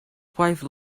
wife